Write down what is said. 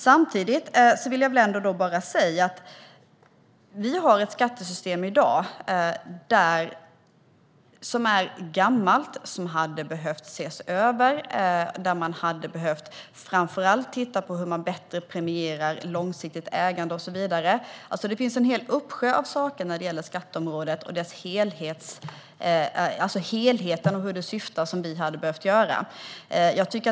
Jag vill samtidigt säga att vi i dag har ett skattesystem som är gammalt och hade behövt ses över. Man hade framför allt behövt titta på hur man bättre premierar långsiktigt ägande och så vidare. Det finns en hel uppsjö av saker, när det gäller skatteområdet i dess helhet och dess syften, som vi hade behövt göra.